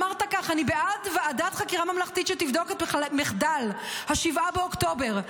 אמרת כך: אני בעד ועדת חקירה ממלכתית שתבדוק את מחדל 7 באוקטובר,